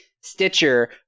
Stitcher